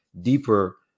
deeper